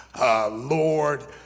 Lord